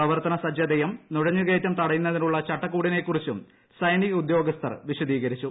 പ്രവർത്തന സജ്ജതയും നുഴഞ്ഞുകയറ്റം തടയുന്നതിനുള്ള ചട്ടക്കൂടിനെക്കുറിച്ചും സൈനിക ഉദ്യോഗസ്ഥർ വിശദീകരിച്ചു